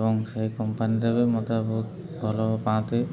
ଏବଂ ସେହି କମ୍ପାନୀରେ ବି ମୋତେ ବହୁତ ଭଲ ପାଆନ୍ତି